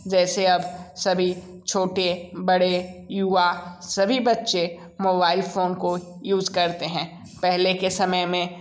जैसे अब सभी छोटे बड़े युवा सभी बच्चे मोबाइल फ़ोन को यूज़ करते हैं पहले के समय में